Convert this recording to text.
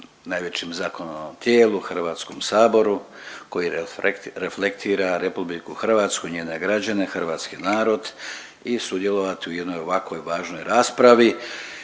najvećem zakonodavnom tijelu Hrvatskom saboru koji reflektira Republiku Hrvatsku, njene građane, hrvatski narod i sudjelovati u jednoj ovakvoj važnoj raspravi